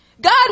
God